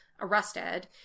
arrested